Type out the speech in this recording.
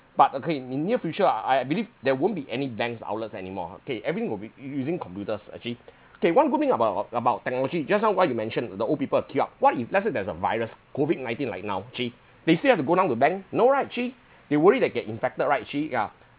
but okay in near future I I believe there won't be any banks outlets anymore okay everything will be using computers actually K one good thing about about technology just now what you mentioned the old people queue up what if let's say there's a virus COVID nineteen like now jay they still have to go down to bank no right jay they worry they get infected right actually ya